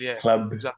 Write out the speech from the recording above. club